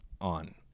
on